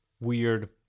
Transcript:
weird